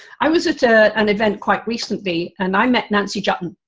i was at ah an event quite recently and i met nancy juetten,